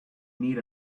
need